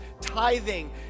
tithing